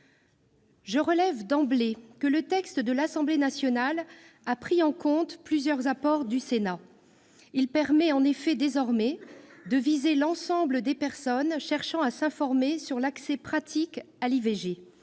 Je relève d'emblée que le texte de l'Assemblée nationale a pris en compte plusieurs apports du Sénat. Il permet en effet désormais de viser l'ensemble des personnes cherchant à se renseigner sur l'accès pratique à l'IVG,